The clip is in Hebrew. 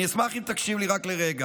אני אשמח אם תקשיב לי רק לרגע.